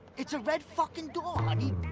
it's a red fuckin' door. i mean